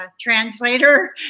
translator